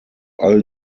all